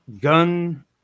Gun